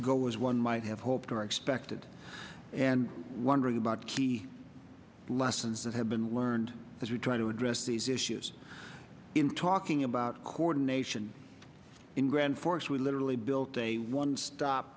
go as one might have hoped or expected and wondering about key lessons that have been learned as we try to address these issues in talking about coordination in grand forks we literally built a one stop